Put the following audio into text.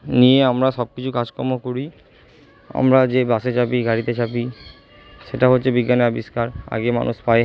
নিয়ে আমরা সব কিছু কাজকম্ম করি আমরা যে বাসে চাপি গাড়িতে চাপি সেটাও হচ্ছে বিজ্ঞানের আবিষ্কার আগে মানুষ পায়ে হেঁটে যেতো